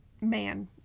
man